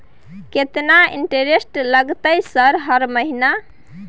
केतना इंटेरेस्ट लगतै सर हर महीना?